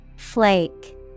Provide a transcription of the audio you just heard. Flake